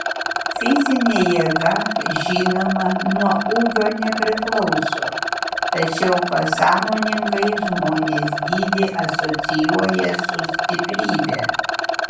fizinė jėga žinoma nuo ūgio nepriklauso tačiau pasąmoningai žmonės dydį asocijuoja su stiprybe